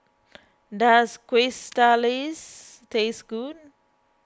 does Quesadillas taste good